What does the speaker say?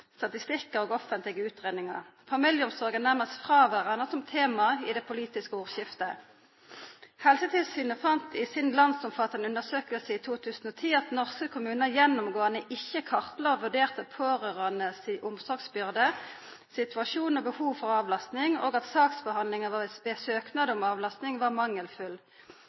statistikkar og offentlege utgreiingar. Familieomsorg er nærmast fråverande som tema i det politiske ordskiftet. Helsetilsynet fann i si landsomfattande undersøking i 2010 at norske kommunar gjennomgåande «ikke kartla og vurderte pårørendes omsorgsbyrde, situasjon og behov for avlastning», og at saksbehandlinga ved søknader om avlastning var mangelfull.